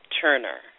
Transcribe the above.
Turner